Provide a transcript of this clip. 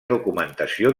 documentació